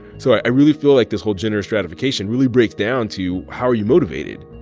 so i really feel like this whole gender stratification really breaks down to, how are you motivated?